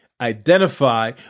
Identify